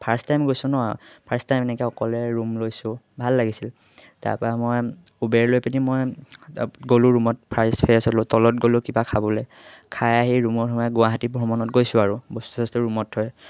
first time গৈছোঁ ন first time এনেকৈ অকলে ৰুম লৈছোঁ ভাল লাগিছিল তাৰপৰা মই উবেৰ লৈ পিনি মই গ'লোঁ ৰুমত ফ্ৰাইছ ফেচ হ'লোঁ তলত গ'লোঁ কিবা খাবলৈ খাই আহি ৰুমত সোমাই গুৱাহাটী ভ্ৰমণত গৈছোঁ আৰু বস্তু চস্তু ৰুমত থৈ